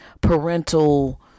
parental